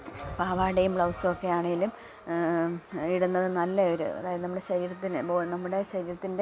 പാവാടയും ബ്ലൗസ് ഒക്കെ ആണേലും ഇടുന്നത് നല്ല ഒരു അതായത് നമ്മുടെ ശരീരത്തിന് നമ്മുടെ ശരീരത്തിൻ്റെ